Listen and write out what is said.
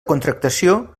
contractació